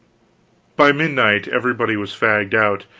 by midnight everybody was fagged out,